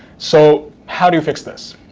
so, how do you fix this?